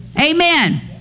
Amen